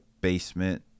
basement